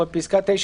(4) בפסקה (9),